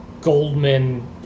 Goldman